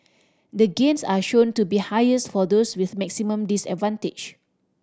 the gains are shown to be highest for those with maximum disadvantage